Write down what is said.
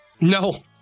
no